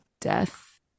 death